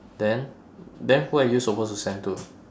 then then who are you supposed to send to